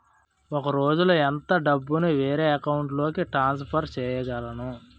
ఒక రోజులో ఎంత డబ్బుని వేరే అకౌంట్ లోకి ట్రాన్సఫర్ చేయగలను?